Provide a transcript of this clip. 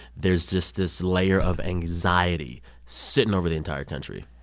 there's this this layer of anxiety sitting over the entire country